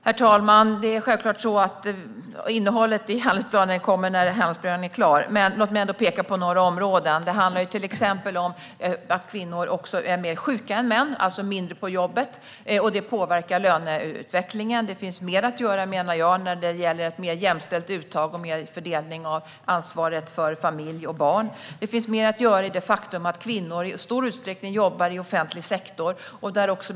Herr talman! Det är självklart så att innehållet i handlingsplanen kommer när handlingsplanen är klar, men låt mig ändå peka på några områden. Det handlar till exempel om att kvinnor är sjuka mer än män, det vill säga är mindre på jobbet, vilket påverkar löneutvecklingen. Jag menar att det finns mer att göra när det gäller att få ett mer jämställt uttag och en mer jämställd fördelning av ansvaret för familj och barn. Det finns också mer att göra när det gäller det faktum att kvinnor i stor utsträckning jobbar i offentlig sektor.